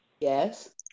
Yes